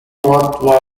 what